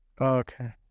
Okay